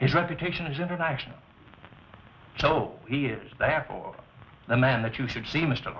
his reputation is international so he is the man that you should see mister